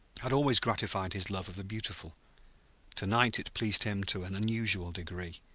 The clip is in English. had always gratified his love of the beautiful to-night it pleased him to an unusual degree.